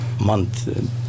month